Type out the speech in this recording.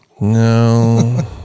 No